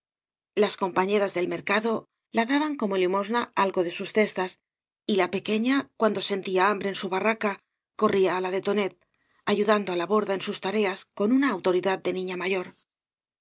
las compañeras del mercado la daban como limosna algo de sus cestas y la pequeña cuando sentía hambre en su barraca corría á la de tonet ayudando á la borda en sus tareas con una autoridad de niña mayor